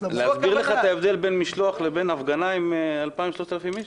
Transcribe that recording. להסביר לך את ההבדל בין משלוח לבין הפגנה עם 2,000 או 3,000 איש?